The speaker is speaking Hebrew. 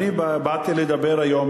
באתי לדבר היום,